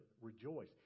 rejoice